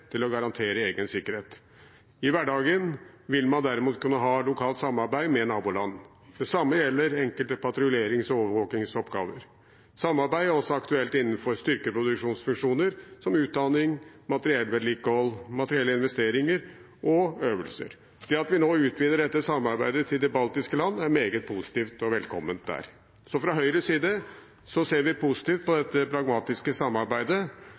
til å garantere egen sikkerhet. I hverdagen vil man derimot kunne ha lokalt samarbeid med naboland. Det samme gjelder enkelte patruljerings- og overvåkingsoppgaver. Samarbeid er også aktuelt innenfor styrkeproduksjonsfusjoner, som utdanning, materiellvedlikehold, materiellinvesteringer og øvelser. Det at vi nå utvider dette samarbeidet til de baltiske land, er meget positivt og velkomment der. Så fra Høyres side ser vi positivt på dette pragmatiske samarbeidet,